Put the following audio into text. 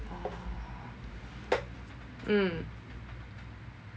mm